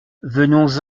venons